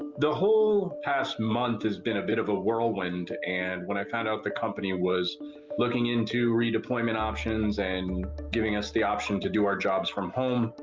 the whole past month has been a bit of a whirlwind, and when i found out the company was looking into redeployment options and giving us the option to do our job from home,